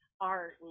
art